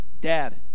Dad